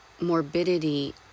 morbidity